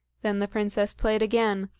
then the princess played again,